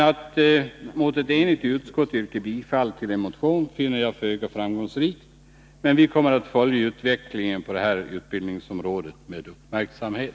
Att mot ett enigt utskott yrka bifall till en motion finner jag föga framgångsrikt, men vi kommer att följa utvecklingen på detta utbildningsområde med uppmärksamhet.